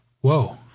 Whoa